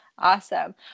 Awesome